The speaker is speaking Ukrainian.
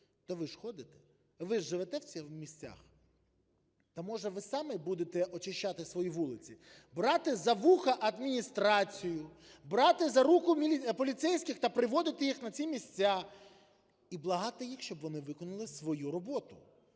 то ви ж ходите, ви ж живете в цих місцях. То, може, ви самі будете очищати свої вулиці? Брати за вуха адміністрацію, брати за руку поліцейських та приводити їх на ці місця і благати їх, щоб вони виконали свою роботу.